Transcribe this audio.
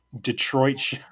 Detroit